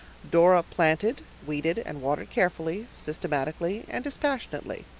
dora planted, weeded, and watered carefully, systematically, and dispassionately.